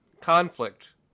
conflict